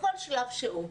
בכל שלב שהוא.